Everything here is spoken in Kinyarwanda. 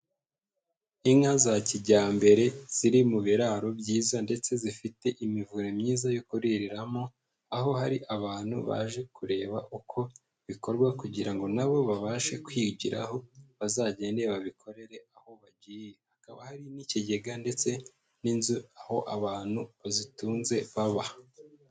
Inka za kijyambere ziri mu biraro byiza, ndetse zifite imivure myiza yo kuririramo, aho hari abantu baje kureba uko bikorwa, kugira ngo na bo babashe kwigiraho, bazagende babikorere aho bagiye, hakaba hari n'ikigega ndetse n'inzu aho abantu bazitunze baba.